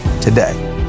today